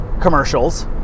commercials